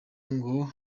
ngo